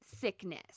sickness